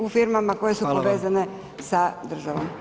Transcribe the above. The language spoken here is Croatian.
u firmama koje su povezane sa državom.